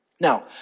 Now